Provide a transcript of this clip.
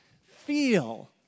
feel